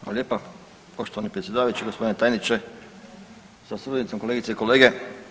Hvala lijepa poštovani predsjedavajući, g. tajniče sa suradnicom, kolegice i kolege.